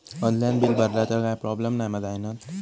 Online bill भरला तर काय प्रोब्लेम नाय मा जाईनत?